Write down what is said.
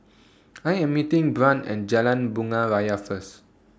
I Am meeting Brant and Jalan Bunga Raya First